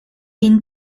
been